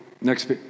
Next